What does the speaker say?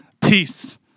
peace